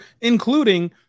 including